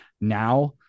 now